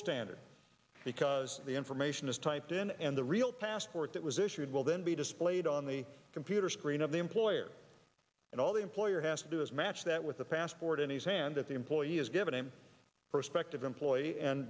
standard because the information is typed in and the real passport that was issued will then be displayed on the computer screen of the employer and all the employer has to do is match that with the passport and his hand that the employer has given him perspective employee and